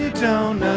down